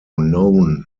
known